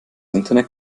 internet